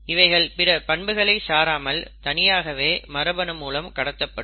இவைகள் பிற பண்புகளை சாராமல் தனியாகவே மரபணு மூலம் கடத்தப்படும்